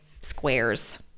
squares